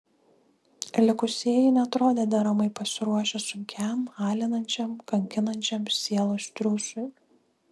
likusieji neatrodė deramai pasiruošę sunkiam alinančiam kankinančiam sielos triūsui